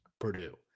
Purdue